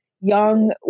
young